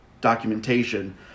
documentation